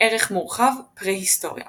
ערך מורחב – פרהיסטוריה